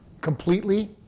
completely